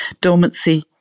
dormancy